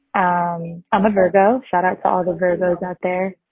ah um i'm a virgo. shoutout to all of the virgos out there.